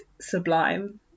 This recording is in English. sublime